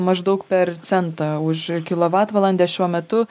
maždaug per centą už kilovatvalandę šiuo metu